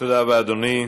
תודה רבה, אדוני.